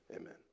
Amen